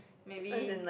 maybe